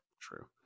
True